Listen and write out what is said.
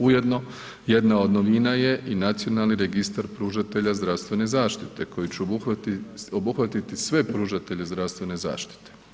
Ujedno jedna od novina je i Nacionalni registar pružatelja zdravstvene zaštite koji će obuhvatiti sve pružatelje zdravstvene zaštite.